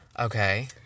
Okay